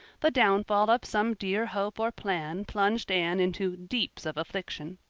the downfall of some dear hope or plan plunged anne into deeps of affliction.